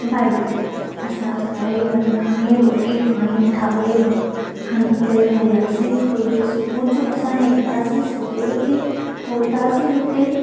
bike असां चारई खणी रोटी पाणी ठाहे खणी करे वियासीं हुते सुबुह जो असां निकितासीं सते बजे पहुतासी हुते